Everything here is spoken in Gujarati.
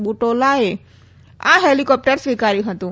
બુટોલાએ આ હેલીકોપ્ટર સ્વીકાર્યુ હતું